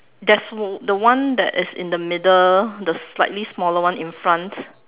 there's all the one that is in the middle the slightly smaller one in front